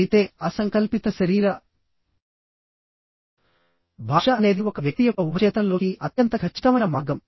అయితే అసంకల్పిత శరీర భాష అనేది ఒక వ్యక్తి యొక్క ఉపచేతనంలోకి అత్యంత ఖచ్చితమైన మార్గం